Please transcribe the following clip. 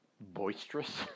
boisterous